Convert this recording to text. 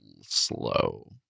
slow